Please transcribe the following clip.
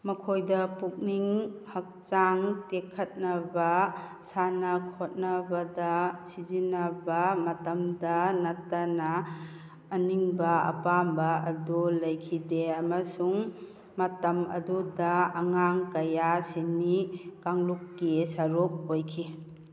ꯃꯈꯣꯏꯗ ꯄꯨꯛꯅꯤꯡ ꯍꯛꯆꯥꯡ ꯇꯦꯈꯠꯅꯕ ꯁꯥꯟꯅ ꯈꯣꯠꯅꯕꯗ ꯁꯤꯖꯤꯟꯅꯕ ꯃꯇꯝꯗ ꯅꯠꯇꯅ ꯑꯅꯤꯡꯕ ꯑꯄꯥꯝꯕ ꯑꯗꯨ ꯂꯩꯈꯤꯗꯦ ꯑꯃꯁꯨꯡ ꯃꯇꯝ ꯑꯗꯨꯗ ꯑꯉꯥꯡ ꯀꯌꯥ ꯁꯤꯟꯃꯤ ꯀꯥꯡꯂꯨꯞꯀꯤ ꯁꯔꯨꯛ ꯑꯣꯏꯈꯤ